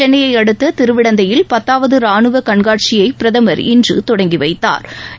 சென்னையை அடுத்த திருவிடந்தையில் பத்தாவது ராணுவ கண்காட்சியை பிரதமர் இன்று தொடங்கி வைத்தாா்